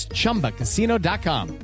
chumbacasino.com